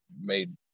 made